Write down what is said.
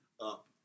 up